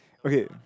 okay